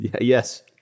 yes